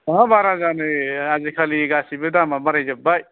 बहा बारा जानो आजिखालि गासिबो दामा बारायजोबबाय